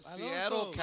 Seattle